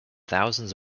thousands